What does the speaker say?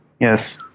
Yes